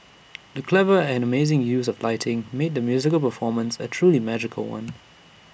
the clever and amazing use of lighting made the musical performance A truly magical one